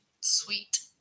Sweet